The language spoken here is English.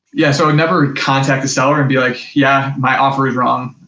yeah, so, i'd never contact a seller and be like, yeah, my offer is wrong,